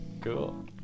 Cool